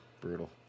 brutal